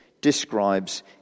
describes